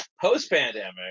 Post-pandemic